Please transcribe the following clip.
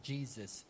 Jesus